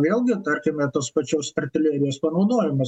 vėlgi tarkime tos pačios artilerijos panaudojimas